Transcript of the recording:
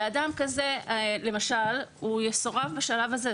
ואדם כזה למשל יסורב בשלב הזה.